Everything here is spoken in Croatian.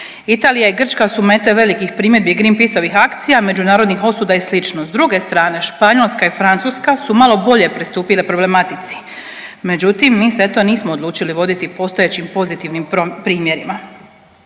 Italija i Grčka su mete velikih primjedbi Green Peaceovih akcija, međunarodnih osuda i slično. S druge strane, Španjolska i Francuska su malo bolje pristupile problematici. Međutim, mi se, eto nismo odlučili voditi postojećim pozitivnim primjerima.